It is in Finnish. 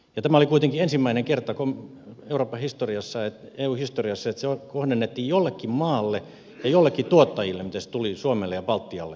ja tämä oli kuitenkin ensimmäinen kerta eun historiassa että se kohdennettiin jollekin maalle ja joillekin tuottajille ja se tuli suomelle ja baltialle